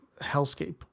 hellscape